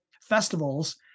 festivals